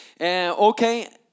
Okay